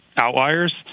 outliers